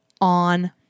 on